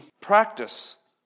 practice